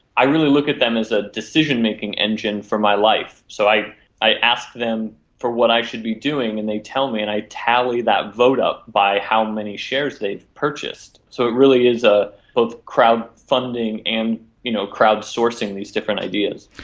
i really look at them as a decision-making engine for my life. so i i ask them for what i should be doing and they tell me and i tally that vote up by how many shares they've purchased. so it really is ah both crowd-funding and you know crowd-sourcing these different ideas.